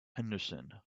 henderson